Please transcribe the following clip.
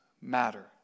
matter